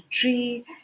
tree